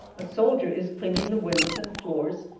a soldier is cleaning the windows and floors,